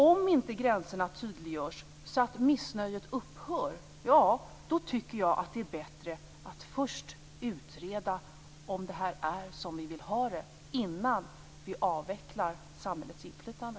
Om inte gränserna tydliggörs och om missnöjet inte upphör, då är det bättre att först utreda om det hela är som vi vill ha det innan vi avvecklar samhällets inflytande.